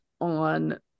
on